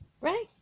Right